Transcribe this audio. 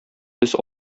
без